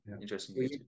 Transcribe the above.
Interesting